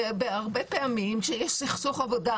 והרבה פעמים כשיש סכסוך עבודה,